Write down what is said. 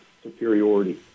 Superiority